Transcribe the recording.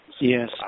yes